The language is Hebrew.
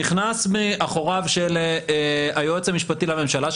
נכנס מאחוריו של היועץ המשפטי לממשלה,